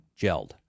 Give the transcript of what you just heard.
gelled